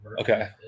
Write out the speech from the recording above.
Okay